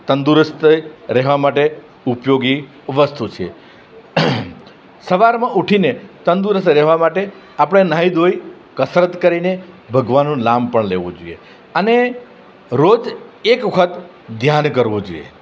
તંદુરસ્ત રહેવા માટે ઉપયોગી વસ્તુ છે સવારમાં ઉઠીને તંદુરસ્ત રહેવા માટે આપણે નાહી ધોઈ કસરત કરીને ભગવાનનું નામ પણ લેવું જોઈએ અને રોજ એક વખત ધ્યાન કરવું જોઈએ